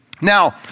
Now